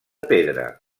pedra